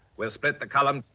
we'll split the columns,